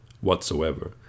whatsoever